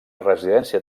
residència